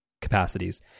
capacities